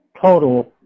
total